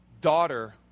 daughter